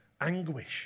anguish